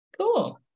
Cool